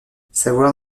savoir